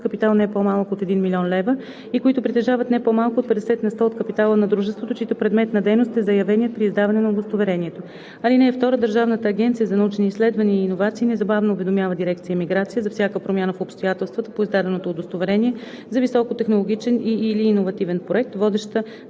капитал, не по-малък от 1 000 000 лв., и които притежават не по-малко от 50 на сто от капитала на дружеството, чийто предмет на дейност е заявеният при издаване на удостоверението. (2) Държавната агенция за научни изследвания и иновации незабавно уведомява дирекция „Миграция“ за всяка промяна в обстоятелствата по издаденото удостоверение за високотехнологичен и/или иновативен проект, водеща